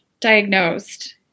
diagnosed